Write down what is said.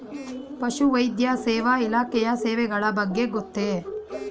ಪಶುವೈದ್ಯ ಸೇವಾ ಇಲಾಖೆಯ ಸೇವೆಗಳ ಬಗ್ಗೆ ಗೊತ್ತೇ?